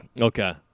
Okay